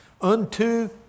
unto